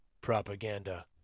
propaganda